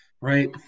Right